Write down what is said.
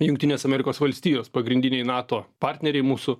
jungtines amerikos valstijos pagrindiniai nato partneriai mūsų